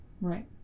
Right